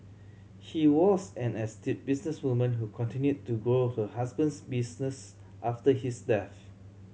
she was an astute businesswoman who continued to grow her husband's business after his death